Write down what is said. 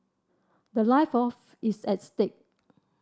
the life of is at stake